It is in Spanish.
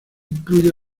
incluye